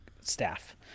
staff